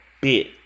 bit